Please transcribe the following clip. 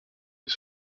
les